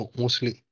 mostly